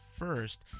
first